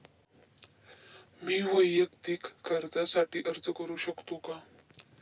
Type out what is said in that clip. मी वैयक्तिक कर्जासाठी अर्ज करू शकतो का?